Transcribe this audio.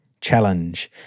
challenge